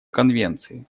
конвенции